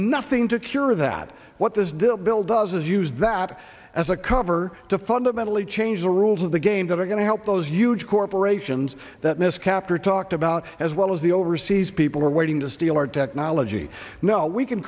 nothing to cure that what this bill bill does is use that as a cover to fundamentally change the rules of the game that are going to help those huge corporations that miss kaptur talked about as well as the overseas people are waiting to steal our technology now we can